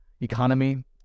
economy